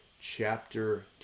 chapter